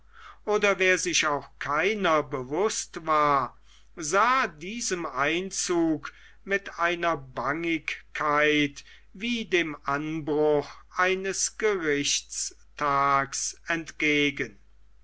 oder wer sich auch keiner bewußt war sah diesem einzug mit einer bangigkeit wie dem anbruch eines gerichtstags entgegen